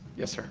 yes, sir.